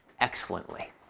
excellently